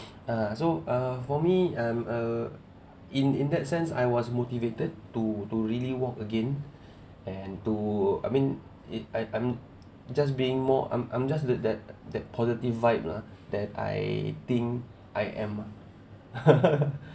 uh so uh for me I'm uh in in that sense I was motivated to to really walk again and to I mean it I I'm just being more um I'm just did that that positive vibe lah that I think I am uh